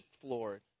floored